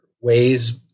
ways